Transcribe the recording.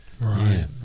Right